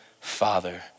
father